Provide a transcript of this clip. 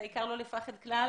והעיקר לא לפחד כלל.